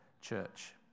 church